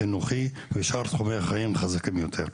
החינוכי ושאר תחומי החיים חזקים יותר.